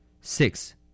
six